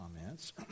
comments